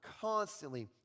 constantly